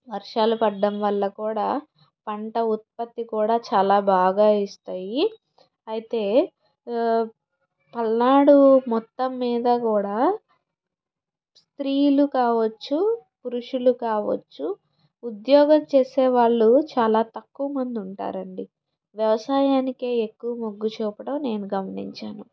వర్షాలు పడ్డం వల్ల కూడా పంట ఉత్పత్తి కూడా చాలా బాగా ఇస్తాయి అయితే పల్నాడు మొత్తం మీద కూడా స్త్రీలు కావచ్చు పురుషులు కావచ్చు ఉద్యోగం చేసే వాళ్ళు చాలా తక్కువ మంది ఉంటారు అండి వ్యవసాయానికే ఎక్కువ ముగ్గు చూపటం నేను గమనించాను